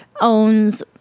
owns